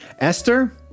Esther